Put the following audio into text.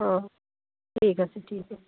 অঁ ঠিক আছে ঠিক আছে